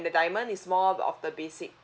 the diamond is more of the basic